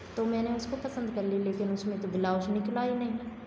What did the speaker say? तो मैंने उसको पसंद कर ली लेकिन उसमें तो ब्लाउज़ निकला ही नहीं